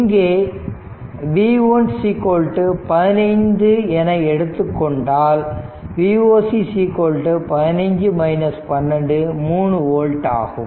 இங்கே V 1 15 என எடுத்துக்கொண்டால் Voc 15 12 3 வோல்ட் ஆகும்